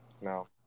No